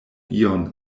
iun